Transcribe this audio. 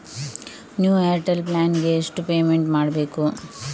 New Airtel plan ಗೆ ಎಷ್ಟು payment ಮಾಡ್ಬೇಕು?